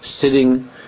sitting